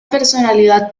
personalidad